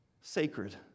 sacred